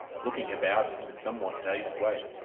looking about in a somewhat dazed way.